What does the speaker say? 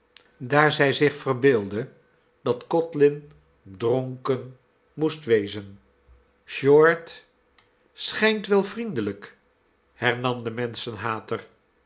daar zij zich verbeeldde dat codlin dronken moest wezen mi nelly short schijnt wel vriendelijk hernam de